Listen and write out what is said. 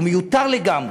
הוא מיותר לגמרי.